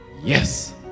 yes